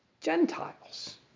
Gentiles